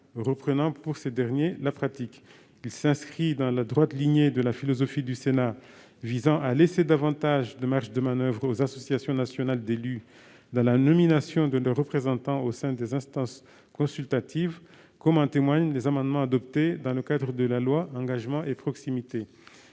représentants de l'État. Il s'inscrit dans la droite ligne de la philosophie du Sénat visant à laisser davantage de marges de manoeuvre aux associations nationales d'élus dans la nomination de leurs représentants au sein des instances consultatives, comme en témoignent les amendements adoptés dans le cadre de la loi Engagement et proximité.